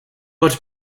but